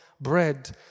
bread